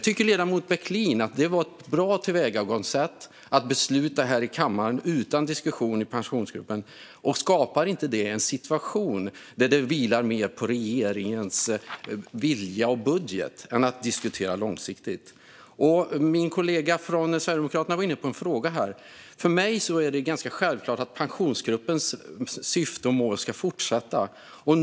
Tycker ledamoten Bäckelin att det var ett bra tillvägagångssätt att besluta här i kammaren utan diskussion i Pensionsgruppen? Skapar inte det en situation där detta vilar mer på regeringens vilja och budget än på långsiktiga diskussioner? Min kollega från Sverigedemokraterna var inne på en annan fråga. För mig är det ganska självklart att Pensionsgruppens syfte och mål ska fortsätta gälla.